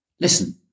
Listen